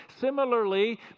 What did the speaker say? Similarly